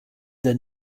their